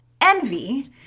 envy